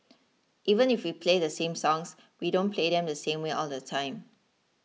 even if we play the same songs we don't play them the same way all the time